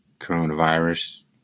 coronavirus